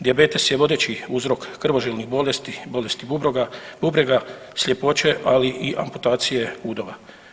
Dijabetes je vodeći uzrok krvožilnih bolesti, bolesti bubrega, sljepoće, ali i amputacije udova.